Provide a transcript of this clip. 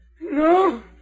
No